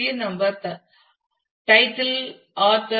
என் number → தலைப்பு ஆசிரியர்